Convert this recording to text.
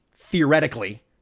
theoretically